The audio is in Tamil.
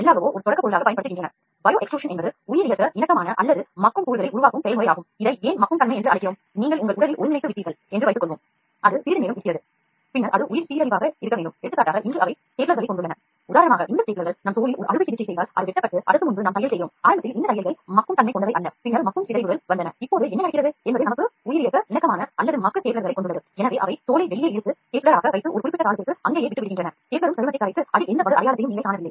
இப்போது உயிரியக்க இணக்கமான அல்லது மக்கும் ஸ்டேப்லர்களைக் உபயோகப்படுத்துகிறோம் அவற்றைக்கொண்டு தோளை வெளியே இழுத்து ஸ்டேப்லர் செய்து ஒரு குறிப்பிட்ட காலத்திற்கு அங்கேயே விட்டுவிடுகிறோம் ஸ்டேப்லரும் சருமத்தை கரைத்து அதில் எந்த வடு அடையாளமும் இல்லாமல் செய்கிறது